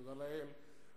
תודה לאל,